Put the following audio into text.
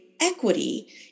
equity